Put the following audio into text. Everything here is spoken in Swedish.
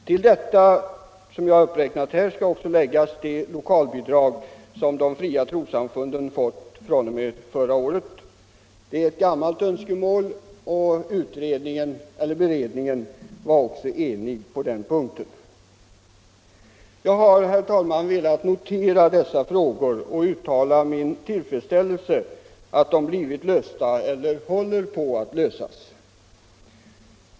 Till det som jag uppräknat här skall läggas det lokalbidrag som de fria trossamfunden fått fr.o.m. förra året. Det var ett gammalt önskemål, och beredningen var också enig på den punkten. Jag har, herr talman, velat notera dessa frågor och uttala min till fredsställelse över att de blivit lösta eller håller på att lösas.